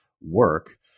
work